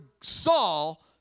Saul